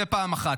זה פעם אחת.